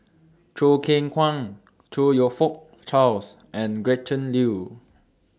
Choo Keng Kwang Chong YOU Fook Charles and Gretchen Liu